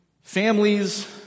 Families